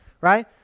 Right